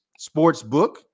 Sportsbook